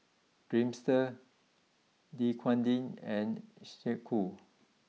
Dreamster Dequadin and Snek Ku